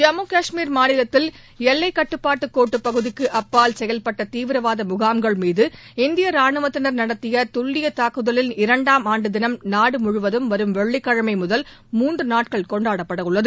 ஜம்மு கஷ்மீர் மாநிலத்தில் எல்லைக் கட்டுப்பாட்டுக் கோட்டுப் பகுதிக்கு அப்பால் செயல்பட்ட தீவிரவாத முகாம்கள் மீது இந்திய ராணுவத்தினா் நடத்திய துல்லிய தாக்குதலின் இரண்டாம் ஆண்டு தினம் நாடு முழுவதும் வரும் வெள்ளிக்கிழமை முதல் மூன்று நாட்கள் கொண்டாடப்பட உள்ளது